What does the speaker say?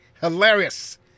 hilarious